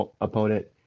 opponent